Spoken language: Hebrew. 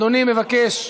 אדוני מבקש,